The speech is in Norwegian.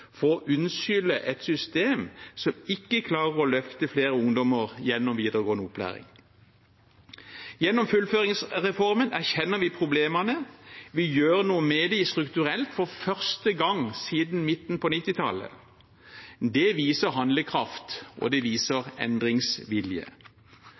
for å unnskylde et system som ikke klarer å løfte flere ungdommer gjennom videregående opplæring. Gjennom fullføringsreformen erkjenner vi problemene, vi gjør noe med dem strukturelt for første gang siden midten på 1990-tallet. Det viser handlekraft, og det viser